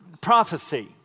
prophecy